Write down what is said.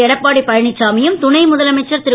எடப்பாடி பழனிசாமியும் துணை முதலமைச்சர் திரு